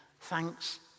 thanks